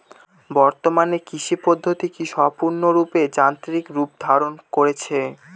বর্তমানে কৃষি পদ্ধতি কি সম্পূর্ণরূপে যান্ত্রিক রূপ ধারণ করেছে?